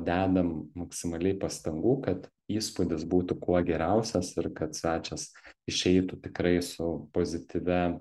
dedam maksimaliai pastangų kad įspūdis būtų kuo geriausias ir kad svečias išeitų tikrai su pozityvia